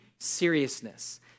seriousness